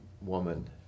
woman